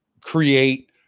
create